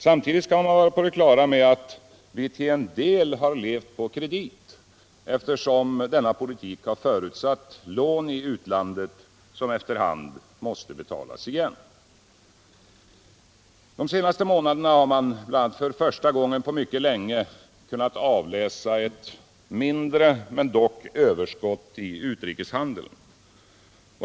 Samtidigt skall man vara på det klara med att vi till en del levt på kredit, eftersom denna politik har förutsatt lån i utlandet som efter hand måste betalas igen. De senaste månaderna har man bl.a. för första gången på mycket länge kunnat avläsa ett mindre men dock överskott i utrikeshandeln.